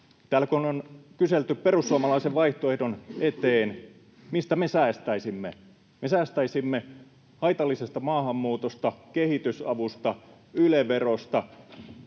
Täällä on kyselty perussuomalaisen vaihtoehdon perään, mistä me säästäisimme. Me säästäisimme haitallisesta maahanmuutosta, kehitysavusta, Yle-verosta,